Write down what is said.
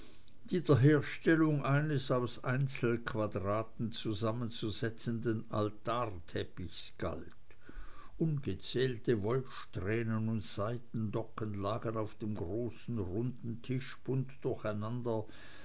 die der herstellung eines aus einzelquadraten zusammenzusetzenden altarteppichs galt ungezählte wollsträhnen und seidendocken lagen auf einem großen runden tisch bunt durcheinander